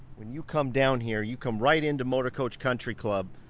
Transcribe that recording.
when you come down here, you come right into motorcoach country club,